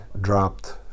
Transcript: dropped